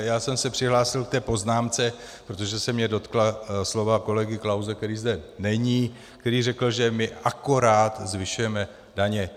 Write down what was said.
Já jsem se přihlásil k té poznámce, protože se mě dotkla slova kolegy Klause, který zde není, který řekl, že my akorát zvyšujeme daně.